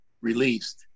released